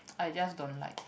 I just don't like